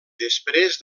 després